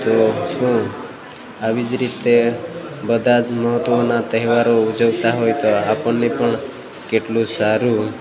તો શું આવી જ રીતે બધા જ મહત્ત્વના તહેવારો ઊજવતાં હોય તો આપણને પણ કેટલું સારું